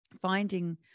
finding